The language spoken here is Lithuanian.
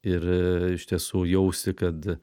ir iš tiesų jausti kad